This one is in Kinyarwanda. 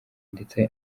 ndetse